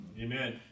Amen